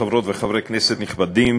חברות וחברי כנסת נכבדים,